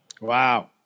Wow